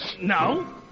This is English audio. No